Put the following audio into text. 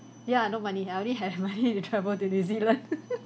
ya no money I only have money to travel to new zealand